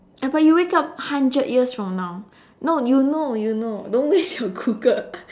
uh but you wake up hundred years from now no you know you know don't waste your Google